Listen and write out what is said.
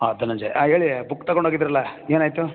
ಹಾಂ ಧನಂಜಯ ಆಂ ಹೇಳಿ ಬುಕ್ ತೊಗೊಂಡೋಗಿದ್ರಲ್ಲ ಏನಾಯಿತು